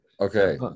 okay